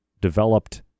developed